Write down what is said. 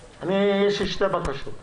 שתי בקשות ממך,